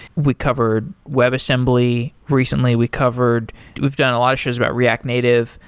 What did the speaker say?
we covered web assembly recently. we covered we've done a lot of shows about react native,